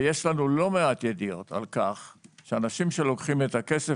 ויש לנו לא מעט ידיעות על כך שאנשים שלוקחים את הכסף,